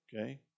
Okay